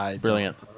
brilliant